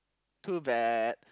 too bad